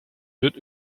wird